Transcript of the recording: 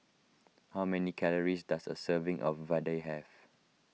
how many calories does a serving of Vadai have